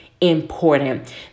important